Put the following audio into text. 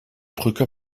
brücke